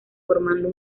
formando